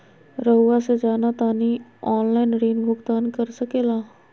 रहुआ से जाना तानी ऑनलाइन ऋण भुगतान कर सके ला?